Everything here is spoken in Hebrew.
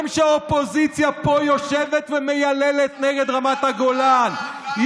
גם כשהאופוזיציה פה יושבת ומייללת נגד רמת הגולן.